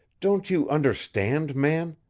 don't you understand, man?